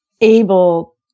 able